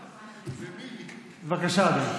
בבקשה, אדוני.